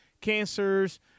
cancers